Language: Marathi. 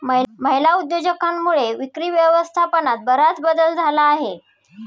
महिला उद्योजकांमुळे विक्री व्यवस्थापनात बराच बदल झाला आहे